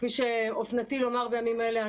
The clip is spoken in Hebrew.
כפי שאופנתי לומר בימים אלה,